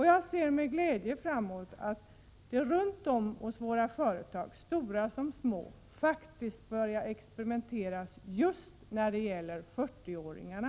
Jag ser med glädje fram mot att det bland företagen, stora som små, börjar experimenteras just när det gäller 40-åringarna.